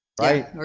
Right